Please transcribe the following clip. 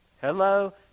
Hello